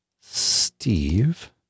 Steve